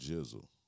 Jizzle